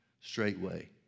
straightway